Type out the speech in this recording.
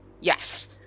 Yes